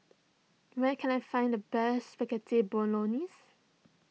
where can I find the best Spaghetti Bolognese